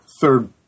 third